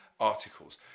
articles